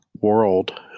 world